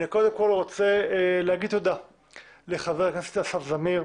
אני קודם כל רוצה להגיד תודה לחבר הכנסת אסף זמיר,